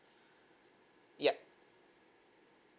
ya